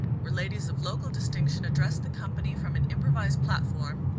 where ladies of local distinction addressed the company from an improvised platform,